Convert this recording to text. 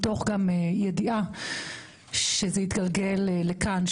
מתוך ידיעה שזה יתגלגל לכאן,